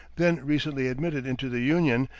then recently admitted into the union,